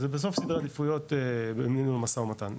זה בסוף סדרי עדיפויות במשא ומתן,